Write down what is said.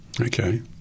Okay